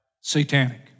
satanic